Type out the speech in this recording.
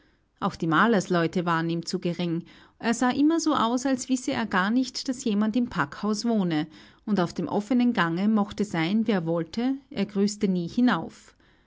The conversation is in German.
auch die malersleute waren ihm zu gering er sah immer so aus als wisse er gar nicht daß jemand im packhaus wohne und auf dem offenen gange mochte sein wer wollte er grüßte nie hinauf